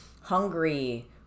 hungry